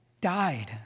died